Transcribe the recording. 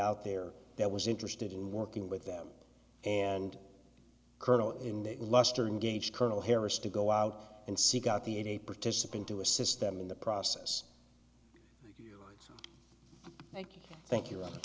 out there that was interested in working with them and colonel in that luster engaged colonel harris to go out and seek out the eight participant to assist them in the process thank you